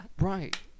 Right